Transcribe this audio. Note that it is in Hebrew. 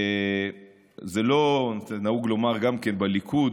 נהוג לומר בליכוד,